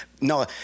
No